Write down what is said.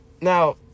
now